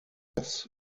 this